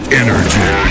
energy